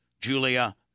Julia